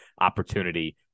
opportunity